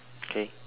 k